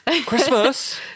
christmas